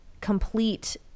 Complete